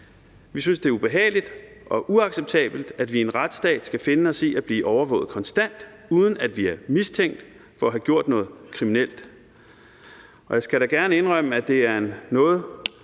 Vi synes, det er ubehageligt og uacceptabelt, at vi i en retsstat skal finde os i at blive overvåget konstant, uden at vi er mistænkt for at have gjort noget kriminelt,